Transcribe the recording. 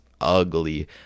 ugly